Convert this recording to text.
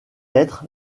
être